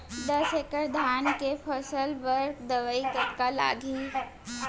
दस एकड़ धान के फसल बर दवई कतका लागही?